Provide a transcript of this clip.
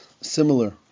similar